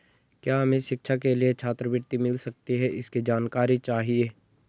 क्या हमें शिक्षा के लिए छात्रवृत्ति मिल सकती है इसकी जानकारी चाहिए?